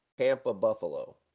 Tampa-Buffalo